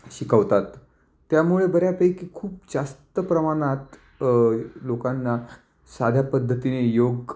शिकवतात त्यामुळे बऱ्यापैकी खूप जास्त प्रमाणात लोकांना साध्या पद्धतीने योग